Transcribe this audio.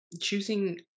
choosing